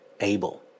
able